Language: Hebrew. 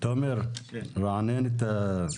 תומר, היועץ המשפטי של הוועדה, רענן את הזיכרון,